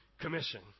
commission